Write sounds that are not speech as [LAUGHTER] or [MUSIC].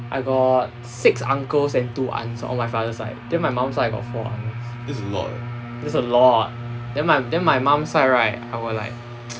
I got six uncles and two aunts on my father side then my mom side got four aunts that's a lot then my then my mum side right I will like [NOISE]